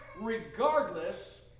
regardless